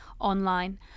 online